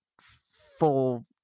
full